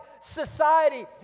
society